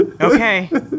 Okay